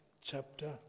chapter